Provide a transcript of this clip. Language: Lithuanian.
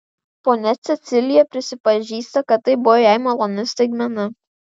ponia cecilija prisipažįsta kad tai buvo jai maloni staigmena